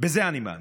בזה אני מאמין.